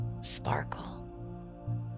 sparkle